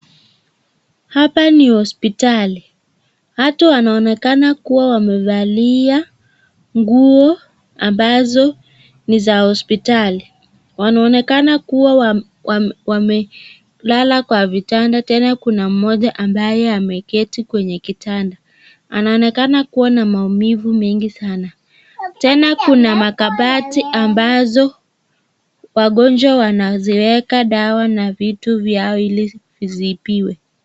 Hapa ni hospitalini, watu wanoonekana kuwa wamefalia nguo ambazo ni za hospitali, wanonekana kuwa wamelala kwa vitanda tena kuna moja ambaye ameketi kwenye kitanda anonekana kuwa na maumivu mengi sana tena kua makapati ambazo wagonjwa wanazieka dawa na vitu vyo hili isiipiwa.